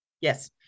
Yes